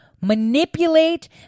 manipulate